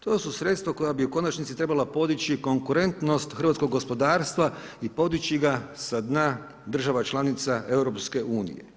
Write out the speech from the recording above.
To su sredstva koja bi u konačnici trebala podići konkurentnost hrvatskog gospodarstva i podići ga sa dna država članica EU.